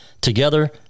Together